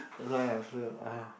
that's why I feel ah